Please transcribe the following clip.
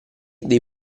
dei